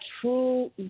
true